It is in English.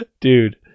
dude